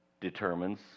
determines